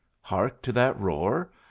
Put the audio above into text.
hark to that roar!